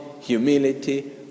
humility